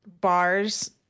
bars